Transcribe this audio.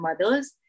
mothers